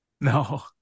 No